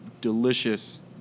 delicious